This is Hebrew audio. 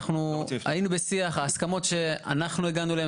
היינו בשיח הסכמות שאנחנו הגענו אליהם